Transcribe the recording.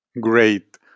Great